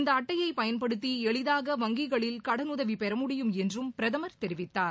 இந்த அட்டையை பயன்படுத்தி எளிதாக வங்கிகளில் கடனுதவி பெற முடியும் என்றும் பிரதமர் தெரிவித்தார்